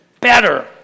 better